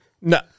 No